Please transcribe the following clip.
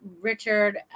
Richard